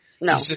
No